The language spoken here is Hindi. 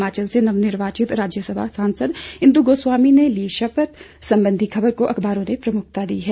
हिमाचल से नवनिर्वाचित राज्यसभा सांसद इंदु गोस्वामी ने ली शपथ संबंधी खबर भी अखबारों में प्रमुखता लिए हुए है